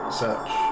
search